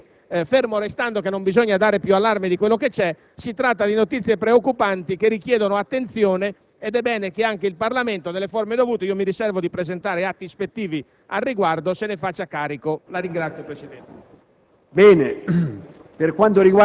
Mi sembra opportuno sottolineare che, fermo restando che non bisogna dare più allarme di quello che c'è, si tratta di notizie preoccupanti che richiedono attenzione ed è bene che anche il Parlamento nelle forme dovute - mi riservo di presentare atti ispettivi al riguardo - se ne faccia carico.